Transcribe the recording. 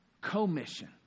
commission